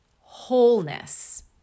wholeness